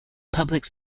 public